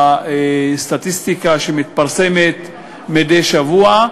לפי הסטטיסטיקה שמתפרסמת מדי שבוע,